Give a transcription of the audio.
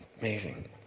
amazing